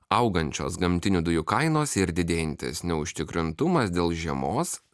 augančios gamtinių dujų kainos ir didėjantis neužtikrintumas dėl žiemos